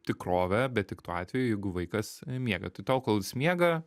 tikrove bet tik tuo atveju jeigu vaikas miega tai tol kol jis miega